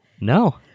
No